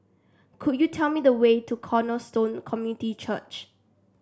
could you tell me the way to Cornerstone Community Church